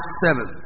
seven